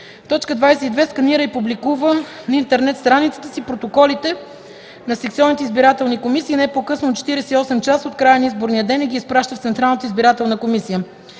си; 22. сканира и публикува на интернет страницата си протоколите на секционните избирателни комисии не по-късно от 48 часа от края на изборния ден и ги изпраща в Централната избирателна комисия;